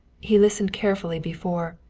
he listened carefully before,